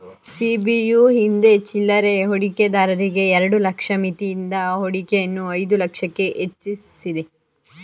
ಸಿ.ಬಿ.ಯು ಹಿಂದೆ ಚಿಲ್ಲರೆ ಹೂಡಿಕೆದಾರರಿಗೆ ಎರಡು ಲಕ್ಷ ಮಿತಿಯಿದ್ದ ಹೂಡಿಕೆಯನ್ನು ಐದು ಲಕ್ಷಕ್ಕೆ ಹೆಚ್ವಸಿದೆ